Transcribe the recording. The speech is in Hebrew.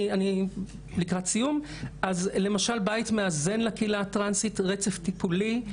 למשל בית מאזן לקהילה הטרנסית ורצף טיפולי,